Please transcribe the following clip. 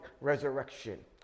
resurrection